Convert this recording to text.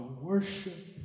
worship